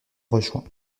rejoint